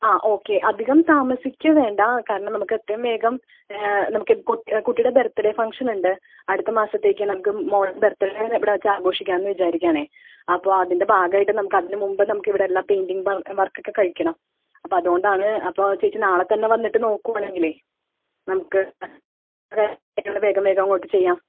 ആ ഒക്കെ അധികം താമസിക്കുക വേണ്ട കാരണം നമുക്ക് എത്രയും വേഗം നമുക്ക് കുട്ടിയുടെ ബർത്ത്ഡേ ഫങ്ക്ഷൻ ഉണ്ട് അടുത്ത മാസത്തേക്ക് നമുക്ക് മോളുടെ ബർത്ത്ഡേ ഇവിടെ വച്ച് ആഘോഷിക്കാമെന്ന് വിചാരിക്കുകയാണ് അപ്പോൾ അതിൻ്റെ ഭാഗമായിട്ട് നമുക്ക് അതിനു മുമ്പേ നമുക്ക് ഇവിടെയെല്ലാം പെയിൻ്റിങ് വർക്കൊക്കെ കഴിക്കണം അപ്പോൾ അതുകൊണ്ടാണ് അപ്പോൾ ചേച്ചി നാളെ തന്നെ വന്നിട്ട് നോക്കുകയാണെങ്കിൽ നമുക്ക് വേഗം വേഗം അങ്ങോട്ട് ചെയ്യാം